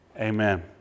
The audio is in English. Amen